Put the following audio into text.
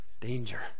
Danger